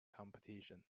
competition